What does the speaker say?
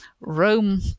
Rome